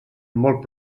molt